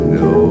no